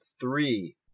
three